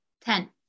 Ten